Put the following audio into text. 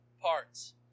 parts